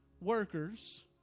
workers